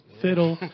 fiddle